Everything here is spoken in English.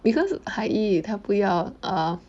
because hai yi 他不要啊 ah